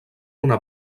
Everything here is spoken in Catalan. una